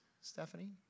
Stephanie